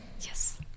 yes